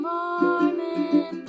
Mormon